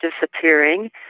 disappearing